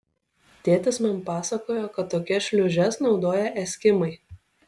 tėtis man pasakojo kad tokias šliūžes naudoja eskimai